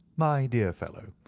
my dear fellow,